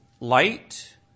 light